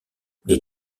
les